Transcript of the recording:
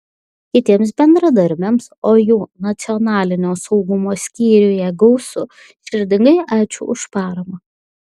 kitiems bendradarbiams o jų nacionalinio saugumo skyriuje gausu širdingai ačiū už paramą